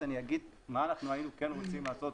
אני אומר מה אנחנו כן היינו רוצים לעשות,